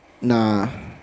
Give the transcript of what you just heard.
Nah